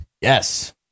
yes